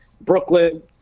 Brooklyn